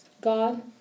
God